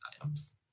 items